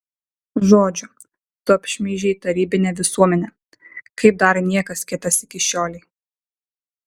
žodžiu tu apšmeižei tarybinę visuomenę kaip dar niekas kitas iki šiolei